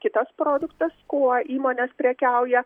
kitas produktas kuo įmonės prekiauja